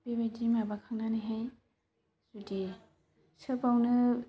बेबायदि माबाखांनानैहाय जुदि सोबावनो